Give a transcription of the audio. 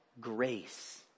grace